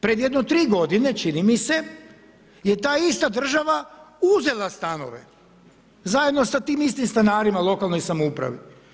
Pred jedno tri godine čini mi se je ta ista država uzela stanove zajedno sa tim istim stanarima lokalnoj samoupravi.